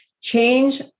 change